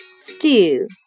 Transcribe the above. stew